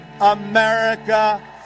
America